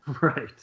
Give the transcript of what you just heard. right